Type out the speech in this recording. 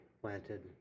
planted